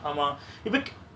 ஆமா:aama ipak~